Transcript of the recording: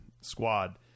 squad